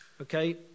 Okay